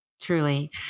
Truly